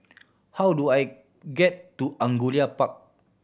how do I get to Angullia Park